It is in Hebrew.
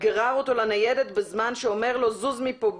גרר אותו לניידת בזמן שאמר לו: זוז מפה,